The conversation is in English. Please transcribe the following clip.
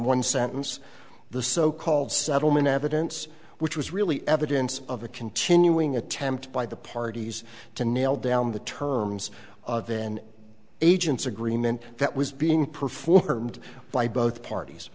one sentence the so called settlement evidence which was really evidence of a continuing attempt by the parties to nail down the terms then agents agreement that was being performed by both parties